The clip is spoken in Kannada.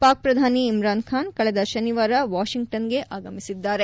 ಪಾಕ್ ಪ್ರಧಾನಿ ಇಮ್ರಾನ್ಖಾನ್ ಕಳೆದ ಶನಿವಾರ ವಾಷಿಂಗ್ಟನ್ಗೆ ಆಗಮಿಸಿದ್ದಾರೆ